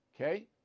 Okay